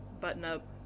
button-up